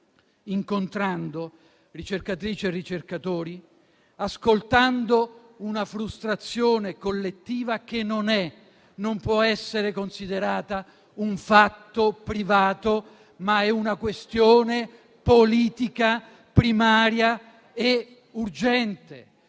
incontrando ricercatrici e ricercatori, ascoltando una frustrazione collettiva che non è e non può essere considerata un fatto privato, ma è una questione politica primaria e urgente.